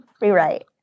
rewrite